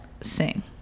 sing